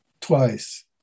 twice